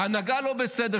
ההנהגה לא בסדר,